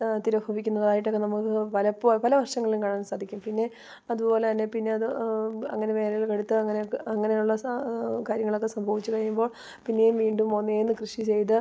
ആ തിരഹ് വിക്ക്ന്നതായിട്ടൊക്കെ നമുക്ക് പലപ്പോഴും പല വർഷങ്ങളിലും കാണാൻ സാധിക്കും പിന്നെ അതുപോലെ തന്നെ പിന്നെ അത് അങ്ങനെ വേനൽ കടുത്തു അങ്ങനെ ഒക്കെ അങ്ങനെയുള്ള കാര്യങ്ങളൊക്ക സംഭവിച്ചു കഴിഴിയുമ്പോൾ പിന്നെയും വീണ്ടും ഒന്നേന്ന് കൃഷി ചെയ്തു